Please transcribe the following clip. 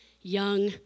young